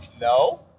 No